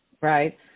Right